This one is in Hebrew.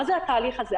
מה התהליך הזה?